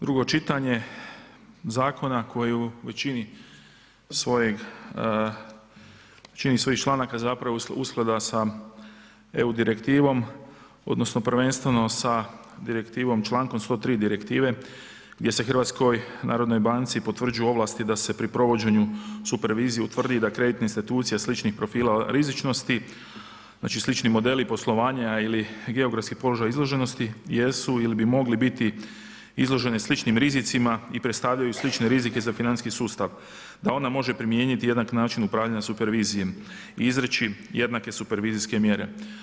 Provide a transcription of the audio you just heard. Drugo čitanje zakona koji u većini svojih članaka zapravo usklada sa EU direktivom, odnosno prvenstveno sa direktivom, člankom 103. direktive gdje se Hrvatskoj narodnoj banci potvrđuju ovlasti da se pri provođenju supervizije utvrdi da kreditne institucije sličnih profila rizičnosti, znači slični modeli poslovanja ili geografski položaj izloženosti jesu ili bi mogli biti izloženi sličnim rizicima i predstavljaju slične rizike za financijski sustav da ona može primijeniti jednak način upravljanja supervizije i izreći jednake supervizijske mjere.